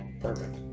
perfect